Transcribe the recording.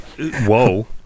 whoa